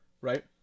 right